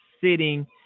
sitting